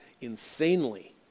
insanely